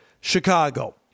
Chicago